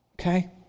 okay